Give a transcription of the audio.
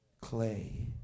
clay